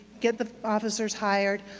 get the officers hired.